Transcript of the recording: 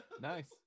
Nice